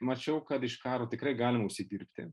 mačiau kad iš karo tikrai galima užsidirbti